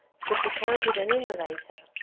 should be counted an innovator,